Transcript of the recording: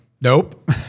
nope